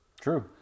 True